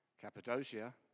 Cappadocia